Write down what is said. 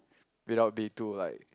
without being too like